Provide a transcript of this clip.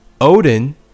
Odin